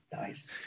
Nice